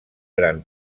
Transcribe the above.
gran